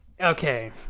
okay